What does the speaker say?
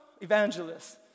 evangelists